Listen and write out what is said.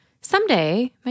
Someday